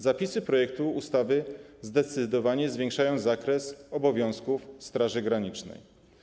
Zapisy projektu ustawy zdecydowanie zwiększają zakres obowiązków Straży Granicznej.